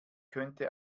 könnte